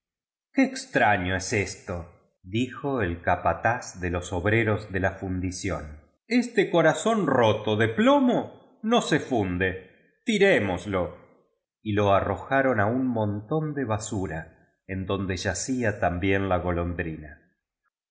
extraño es estol dijo el capataz de loa obreros de la fundición este corazón roto de plomo no se funde tirémoslo y lo arrojaron a un montón de basura en donde yacía también la golondrina